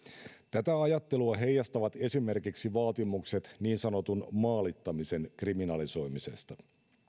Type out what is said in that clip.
tätä ajattelua heijastavat esimerkiksi vaatimukset niin sanotun maalittamisen kriminalisoimisesta